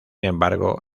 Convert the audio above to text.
embargo